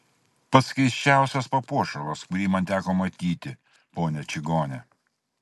pats keisčiausias papuošalas kurį man teko matyti ponia čigone